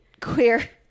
queer